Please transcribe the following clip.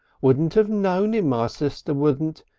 wouldn't have known him, my sister wouldn't,